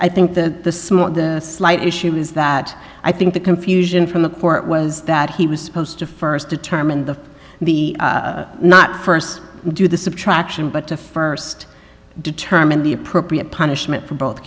think the slight issue is that i think the confusion from the court was that he was supposed to first determine the the not first do the subtraction but to first determine the appropriate punishment for both